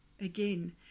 Again